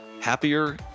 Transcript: happier